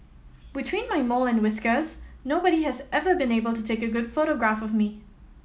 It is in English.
between my mole and whiskers nobody has ever been able to take a good photograph of me